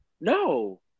No